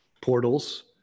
portals